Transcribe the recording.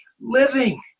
living